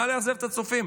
מה לאכזב את הצופים?